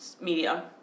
media